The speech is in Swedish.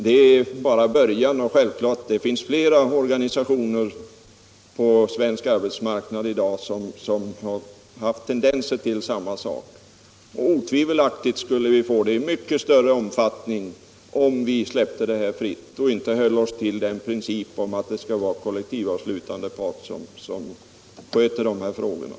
Detta är bara början, och självklart finns det flera organisationer på den svenska arbetsmarknaden där tendensen har varit densamma. Otvivelaktigt skulle utbrytningar förekomma i mycket stor omfattning om vi inte höll på principen om vissa begränsningar i rätten att få sluta avtal.